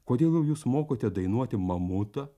kodėl jūs mokote dainuoti mamutą